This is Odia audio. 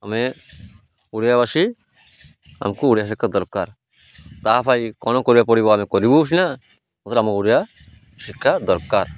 ଆମେ ଓଡ଼ିଆବାସୀ ଆମକୁ ଓଡ଼ିଆ ଶିକ୍ଷା ଦରକାର ତାହା ପାଇଁ କ'ଣ କରିବାକୁ ପଡ଼ିବ ଆମେ କରିବ ସିନା ଆମ ଓଡ଼ିଆ ଶିକ୍ଷା ଦରକାର